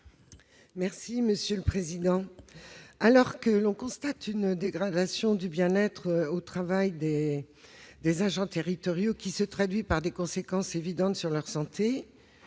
Mme Christine Prunaud. Alors que l'on constate une dégradation du bien-être au travail des agents territoriaux, qui se traduit par des conséquences évidentes sur leur santé,